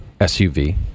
SUV